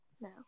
No